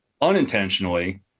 unintentionally